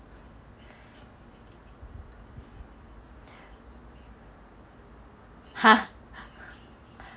!huh!